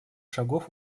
шагов